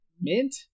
Mint